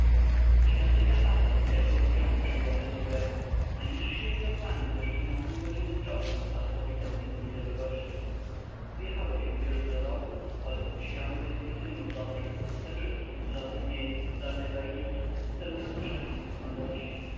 świątynia hator z wielką czcią przyjęła pentuera a niżsi jej kapłani wyszli na pół godziny drogi aby powitać znakomitego gościa zjechało się wielu proroków ojców świątyń i synów bożych ze wszystkich cudownych miejsc dolnego egiptu w celu usłyszenia słów mądrości